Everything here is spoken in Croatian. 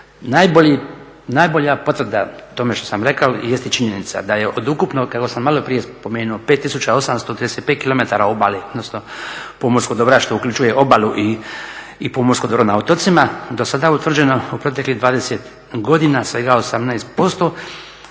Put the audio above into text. Najbolja potreba o tome što sam rekao jeste činjenica da je od ukupnog, evo sam maloprije spomenuo, 5835 kilometara obale, odnosno pomorskog dobra što uključuje obalu i pomorsko dobro na otocima, do sada utvrđeno u proteklih 20 godina svega 18%